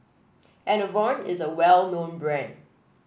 Enervon is a well known brand